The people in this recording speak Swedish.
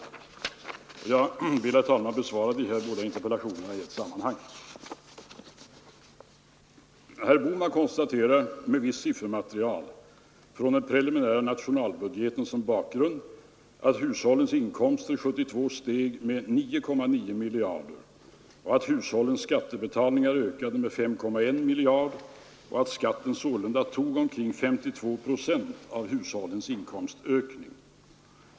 Jag besvarar de båda interpellationerna i ett sammanhang. Herr Bohman konstaterar, med visst siffermaterial från den preliminära nationalbudgeten som bakgrund, att hushållens inkomster 1972 steg med 9,9 miljarder kronor, och att hushållens skatteinbetalningar ökade med 5,1 miljarder kronor, och att skatten sålunda tog omkring 52 procent av hushållens inkomstökning.